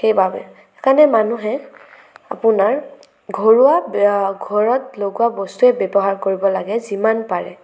সেইবাবে সেইকাৰণে মানুহে আপোনাৰ ঘৰুৱা ঘৰত লগোৱা বস্তুৱে ব্যৱহাৰ কৰিব লাগে যিমান পাৰে